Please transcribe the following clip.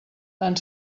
tant